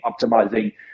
optimizing